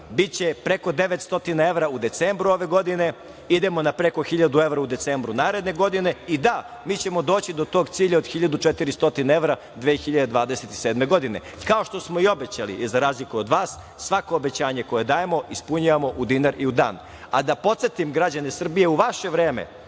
biće preko 900 evra u decembru ove godine, idemo na preko 1.000 evra u decembru naredne godine. I da, mi ćemo doći do tog cilja od 1.400 evra 2027. godine, kao što smo i obećali, jer, za razliku od vas, svako obećanje koje dajemo ispunjavamo u dinar i u dan. Da podsetim građane Srbije, u vaše vreme